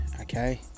okay